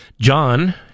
John